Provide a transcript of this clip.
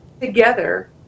together